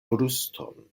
bruston